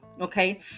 Okay